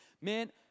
Man